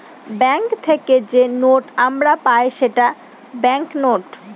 bank থেকে যে note আমরা পাই সেটা ব্যাঙ্ক নোট